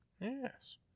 yes